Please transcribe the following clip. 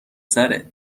سره